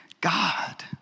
God